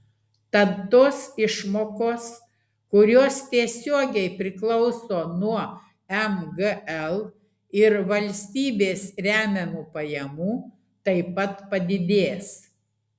tad tos išmokos kurios tiesiogiai priklauso nuo mgl ir valstybės remiamų pajamų taip pat padidės